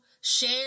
share